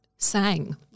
sang